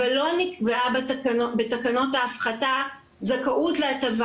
אבל לא נקבעה בתקנות ההפחתה זכאות להטבה